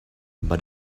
but